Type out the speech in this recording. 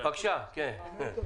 בשביל זה באנו.